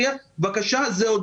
זה כמו למסות תחליף טבק שהיום אין עליו